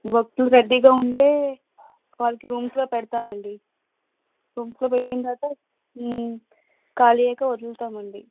భక్తులు రద్దీగా ఉంటే వాళ్ళకి రూమ్స్లో పెడతామండీ రూమ్స్లో పెట్టిన తర్వాత ఖాళీ అయ్యాకా వదులుతాం అండి